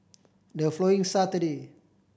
the following Saturday